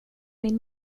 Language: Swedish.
min